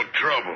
trouble